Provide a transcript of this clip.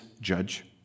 judge